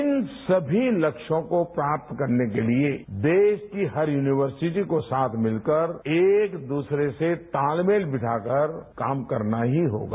इन समी लक्ष्यों को प्राप्त करने के लिए देश की हर यूनिवर्सिटी को साथ मिलकर एक दूसरे से तालमेल बिठाकर काम करना ही होगा